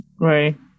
Right